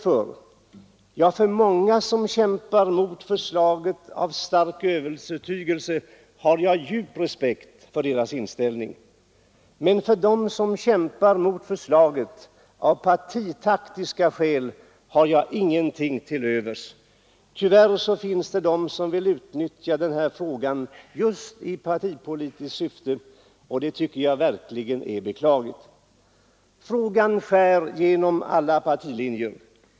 För dem som kämpar mot förslaget av stark övertygelse har jag djup respekt, men för dem som kämpar mot förslaget av partitaktiska skäl har jag ingenting till övers. Tyvärr finns det de som vill utnyttja den här frågan just i partipolitiskt syfte, och det tycker jag verkligen är beklagligt. Frågan skär genom alla partilinjer.